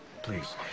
please